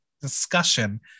discussion